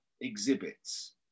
exhibits